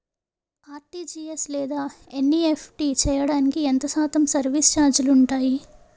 RTGS లేదా NEFT చేయడానికి ఎంత శాతం సర్విస్ ఛార్జీలు ఉంటాయి?